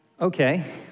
Okay